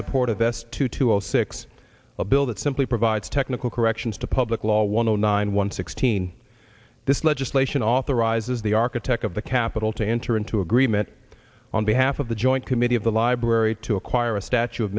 support of s two two zero six a bill that simply provides technical corrections to public law one o nine one sixteen this legislation authorizes the architect of the capitol to enter into agreement on behalf of the joint committee of the library to acquire a statue of